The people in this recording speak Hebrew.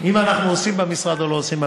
אם אנחנו עושים במשרד או לא עושים במשרד.